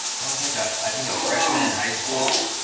like ah i think a freshman in high school,